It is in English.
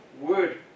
Word